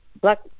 black